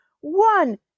one